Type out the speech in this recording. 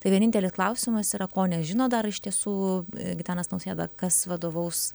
tai vienintelis klausimas yra ko nežino dar iš tiesų gitanas nausėda kas vadovaus